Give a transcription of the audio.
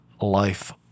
life